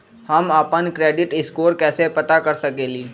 हम अपन credit score कैसे पता कर सकेली?